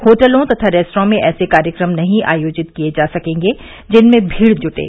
होटलों तथा रेस्त्रां में ऐसे कार्यक्रम नहीं आयोजित किये जा सकेंगे जिनमें भीड़ ज्टे